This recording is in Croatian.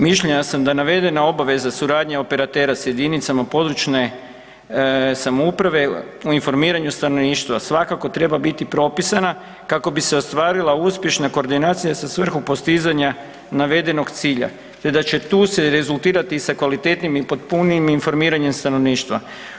Mišljenja sam da navedena obveza suradnje operatera sa jedinicama područne samouprave u informiranju stanovništva svakako treba biti propisana kako bi se ostvarila uspješna koordinacija sa svrhom postizanja navedenog cilja te da će tu se rezultirati sa kvalitetnim i potpunijim informiranjem stanovništva.